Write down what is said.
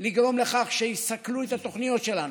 לגרום לכך שיסכלו את התוכניות שלנו.